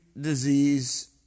disease